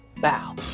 Bow